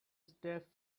step